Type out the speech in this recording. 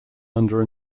under